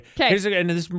Okay